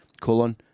colon